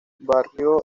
barrio